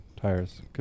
Tires